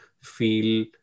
feel